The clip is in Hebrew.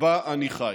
שבה אני חי.